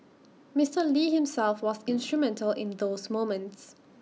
Mister lee himself was instrumental in those moments